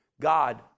God